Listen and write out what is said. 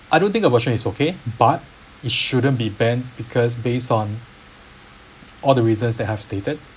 I don't think abortion is okay but it shouldn't be banned because based on all the reasons that have stated